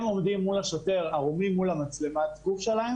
הם עומדים מול השוטר ערומים מול מצלמת הגוף שלהם